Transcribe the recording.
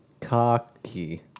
Cocky